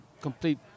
complete